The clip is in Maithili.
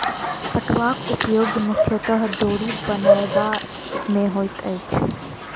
पटुआक उपयोग मुख्यतः डोरी बनयबा मे होइत अछि